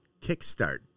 kickstart